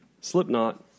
Slipknot